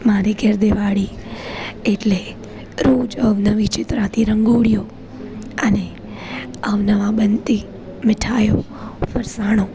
મારી ઘેર દિવાળી એટલે રોજ અવનવી ચિત્રાતી રંગોળીઓ અને અવનવા બનતી મીઠાઈઓ ફરસાણો